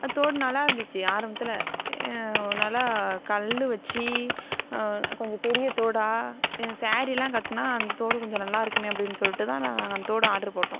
அந்த தோடு நல்லா இருந்துச்சு ஆரம்பத்தில் நல்லா கல்லு வச்சு கொஞ்சம் பெரிய தோடா க ஸாரீலாம் கட்டினா அந்த தோடு கொஞ்சம் நல்லாயிருக்குமே அப்படின்னு சொல்லிட்டுதான் நாங்கள் அந்த தோடை ஆர்டரு போட்டோம்